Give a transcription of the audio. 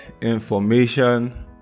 information